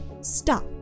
Stop